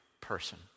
person